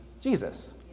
Jesus